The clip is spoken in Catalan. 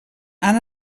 han